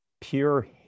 pure